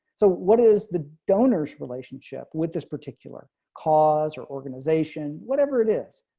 so what is the donors relationship with this particular cause or organization, whatever it is.